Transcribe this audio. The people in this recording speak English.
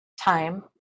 time